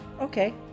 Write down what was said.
Okay